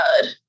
God